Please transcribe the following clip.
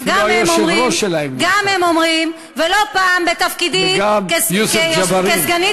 אפילו היושב-ראש שלהם נמצא, וגם יוסף ג'בארין.